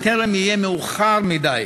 בטרם יהיה מאוחר מדי.